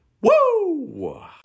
Woo